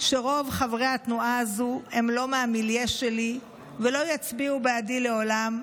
שרוב חברי התנועה הזו הם לא מהמיליה שלי ולא יצביעו בעדי לעולם,